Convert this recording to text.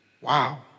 Wow